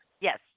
Yes